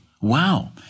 Wow